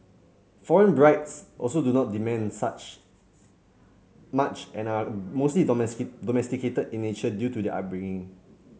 foreign brides also do not demand such much and are mostly domesticated in nature due to their upbringing